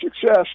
success